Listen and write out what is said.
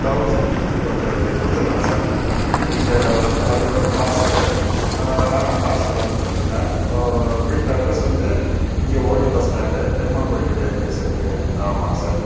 thousand okay okay கொடுத்துர்லாம் sir நீங்கள் அது வந்து பார்சலு ஆ ஆ பார்சலு அமுச்சு விட்ருங்க வீட்டு அட்ரஸ் வந்து இங்கே ஓல்டு பஸ் ஸ்டாண்டு பெருமாள் கோயில்கிட்ட இருக்குது சார் வீடு ஆமாம் சார்